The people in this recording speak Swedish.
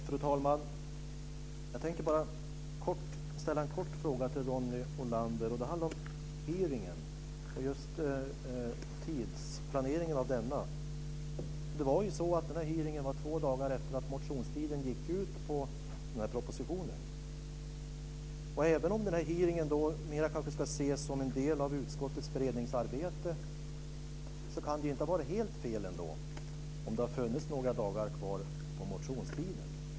Fru talman! Jag tänkte ställa en kort fråga till Ronny Olander. Den handlar om hearingen och tidsplaneringen av denna. Den här hearingen var två dagar efter att motionstiden gick ut för den här propositionen. Även om hearingen kanske mer ska ses som en del av utskottets beredningsarbete, skulle det inte ha varit helt fel om det hade funnits några dagar kvar av motionstiden.